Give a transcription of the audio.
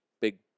big